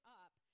up